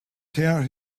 tear